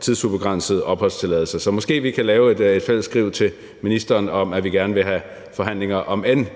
tidsubegrænset opholdstilladelse. Så måske vi kan lave et fælles skriv til ministeren om, at vi gerne vil have forhandlinger, om end